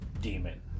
demon